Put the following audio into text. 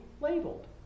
labeled